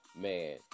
Man